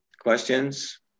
Questions